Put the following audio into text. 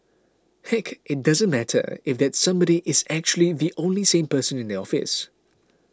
heck it doesn't matter if that somebody is actually the only sane person in the office